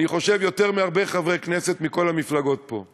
אני חושב שיותר מהרבה חברי כנסת מכל המפלגות פה.